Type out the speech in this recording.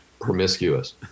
promiscuous